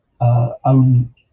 own